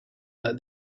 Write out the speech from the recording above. that